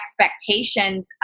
expectations